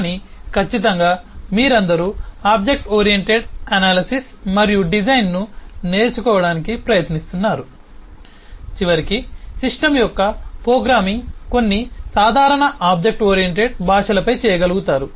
కానీ ఖచ్చితంగా మీరందరూ ఆబ్జెక్ట్ ఓరియెంటెడ్ ఎనాలిసిస్ మరియు డిజైన్ను నేర్చుకోవడానికి ప్రయత్నిస్తున్నారు చివరికి సిస్టమ్ యొక్క ప్రోగ్రామింగ్ కొన్ని సాధారణ ఆబ్జెక్ట్ ఓరియెంటెడ్ భాషలపై చేయగలుగుతారు